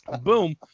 Boom